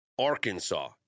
Arkansas